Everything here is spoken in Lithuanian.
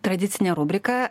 tradicinė rubrika